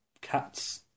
cat's